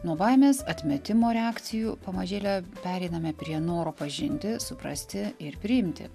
nuo baimės atmetimo reakcijų pamažėle pereiname prie noro pažinti suprasti ir priimti